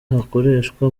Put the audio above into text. hakoreshwa